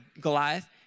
Goliath